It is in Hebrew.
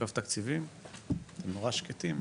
אגף תקציבים, אתם נורא שקטים.